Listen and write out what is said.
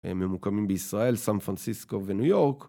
ממוקמים בישראל, סן פרנסיסקו וניו יורק.